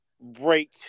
break